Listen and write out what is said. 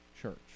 church